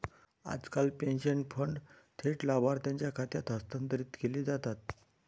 आजकाल pension fund थेट लाभार्थीच्या खात्यात हस्तांतरित केले जातात